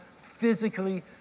physically